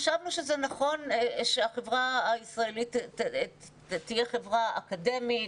חשבנו שזה נכון שהחברה הישראלית תהיה חברה אקדמית,